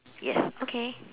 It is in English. yes okay